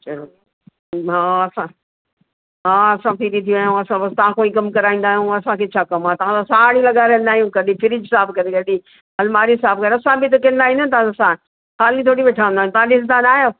चओ हा असां हा असां फ्री थी विया आहियूं असां बसि तव्हांखां ई कम कराईंदा आहियूं असांखे छा कम आहे तव्हां त साड़ियूं लगाराईंदा आहियूं कॾहिं फ्रीज साफ़ करे कॾहिं अलमारी साफ़ असां बि त कंदा आहियूं न तव्हां सां साण ख़ाली थोरी वेठा हूंदा आहियूं तव्हां ॾिंसदा न आहियो